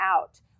out